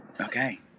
okay